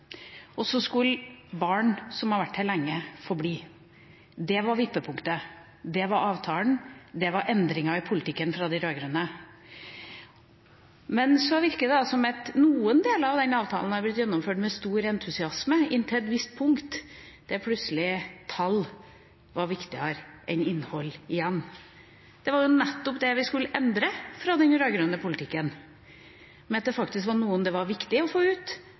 og så skulle barn som har vært her lenge, få bli. Det var vippepunktet, det var avtalen, det var endringa i politikken i forhold til de rød-grønne. Men så virker det som at noen deler av den avtalen er blitt gjennomført med stor entusiasme, inntil et visst punkt, der plutselig tall var viktigere enn innhold igjen. Det var jo nettopp det vi skulle endre fra den rød-grønne politikken, at det faktisk var noen det var viktig å få ut,